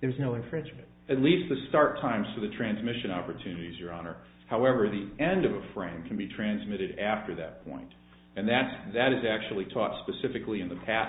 there's no infringement at least the start time so the transmission opportunities your honor however the end of a frame can be transmitted after that point and that that is actually taught specifically in the pa